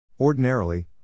Ordinarily